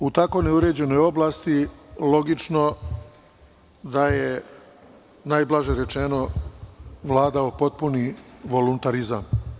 U tako neuređenoj oblasti logično da je, najblaže rečeno, vladao potpunim voluntarizam.